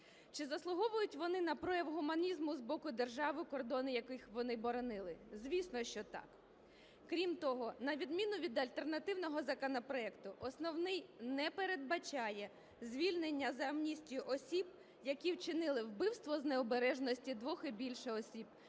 Чи заслуговують вони на прояв гуманізму з боку держави, кордони яких вони боронили? Звісно, що так. Крім того, на відміну від альтернативного законопроекту, основний не передбачає звільнення за амністією осіб, які вчинили вбивство з необережності двох і більше осіб,